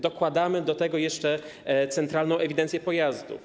Dokładamy do tego jeszcze centralną ewidencję pojazdów.